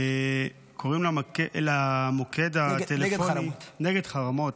נגד חרמות.